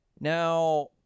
Now